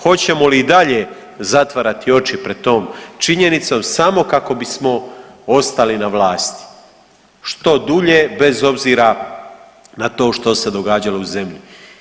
Hoćemo li i dalje zatvarati oči pred tom činjenicom samo kako bismo ostali na vlasti što dulje bez obzira na to što se događalo u zemlji?